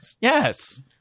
Yes